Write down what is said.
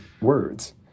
words